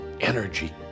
energy